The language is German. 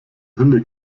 hülle